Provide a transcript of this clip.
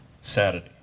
Saturday